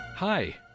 Hi